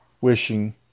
wishing